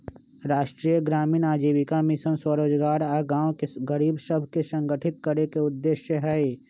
राष्ट्रीय ग्रामीण आजीविका मिशन स्वरोजगार आऽ गांव के गरीब सभके संगठित करेके उद्देश्य हइ